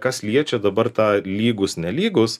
kas liečia dabar tą lygūs nelygūs